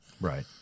Right